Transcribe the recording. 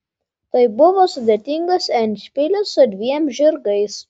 tai buvo sudėtingas endšpilis su dviem žirgais